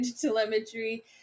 telemetry